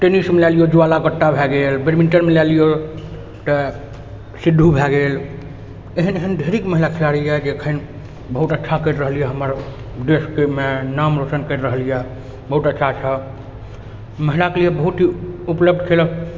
टेनिसमे लए लियौ ज्वाला गुट्टा भए गेल बैडमिन्न मे लए लियौ तऽ सिद्धु भए गेल एहन एहन ढ़ेरिक महिला खिलाड़ी यऽ जे एखन बहुत अच्छा कऽ रहल अइ हमर देशमे नाम रोशन करि रहल यऽ बहुत अच्छासँ महिलाके लिऽ बहुत ही उपलब्ध खेल